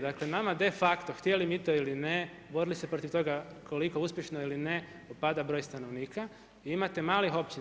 Dakle, nama de facto htjeli mi to ili ne, borili se protiv toga koliko uspješno ili ne, pada broj stanovnika, di imate malih općina.